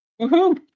Woohoo